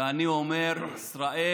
ואני אומר, ישראל